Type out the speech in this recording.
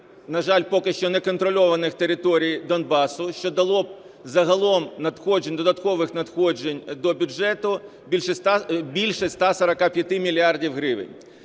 на жаль, поки що неконтрольованих територій Донбасу, що дало б загалом надходжень, додаткових надходжень до бюджету більше 145 мільярдів